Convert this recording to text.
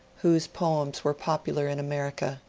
whose poems were popular in america,